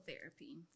therapy